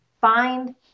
Find